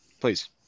please